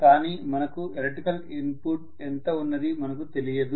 కానీ మనకు electrical input ఎంత ఉన్నది మనకు తెలియదు